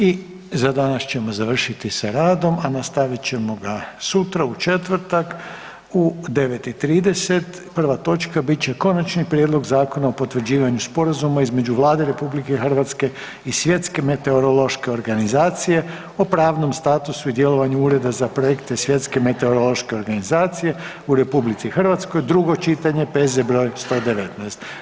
I za danas ćemo završiti sa radom, a nastavit ćemo ga sutra u četvrtak u 9,30, prva točka bit će Konačni prijedlog Zakona o potvrđivanju Sporazuma između Vlade RH i Svjetske meteorološke organizacije o pravnom statusu i djelovanju Ureda za projekte Svjetske meteorološke organizacije u RH, drugo čitanje, P.Z. br. 119.